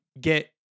get